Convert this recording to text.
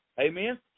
Amen